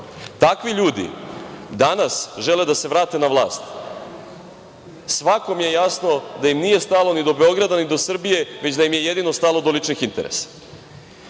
takvi ljudi danas žele da se vrate na vlast. Svakom je jasno da im nije stalo ni do Beograda ni do Srbije, već da im je jedino stalo do ličnih interesa. Kako